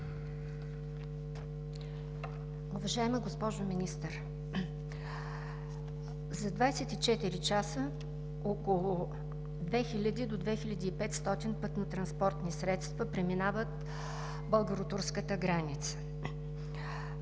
Уважаема госпожо Министър, за 24 часа около 2000 до 2500 пътнотранспортни средства преминават българо-турската граница.